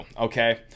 Okay